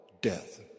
death